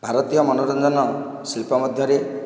ଭାରତୀୟ ମନୋରଞ୍ଜନ ଶିଳ୍ପ ମଧ୍ୟରେ